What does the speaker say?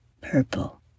purple